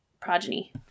progeny